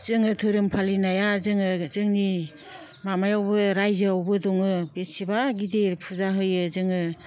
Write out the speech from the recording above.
जोङो धोरोम फालिनाया जोङो जोंनि माबायावबो रायजोआवबो दङ बेसेबा गिदिर फुजा होयो जोङो